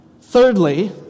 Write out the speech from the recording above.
Thirdly